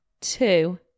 Two